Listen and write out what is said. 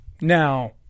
Now